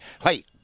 Hey